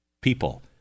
people